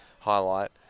highlight